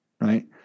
right